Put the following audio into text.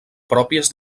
pròpies